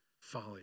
folly